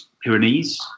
Pyrenees